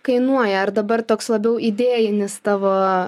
kainuoja ar dabar toks labiau idėjinis tavo